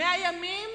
100 ימים